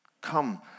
Come